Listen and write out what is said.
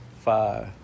Five